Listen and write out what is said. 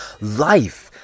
life